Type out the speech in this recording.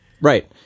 Right